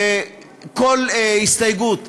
שכל הסתייגות תידחה,